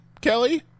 Kelly